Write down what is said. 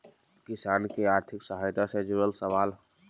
किसान के आर्थिक सहायता से जुड़ल सवाल?